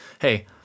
Hey